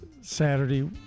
Saturday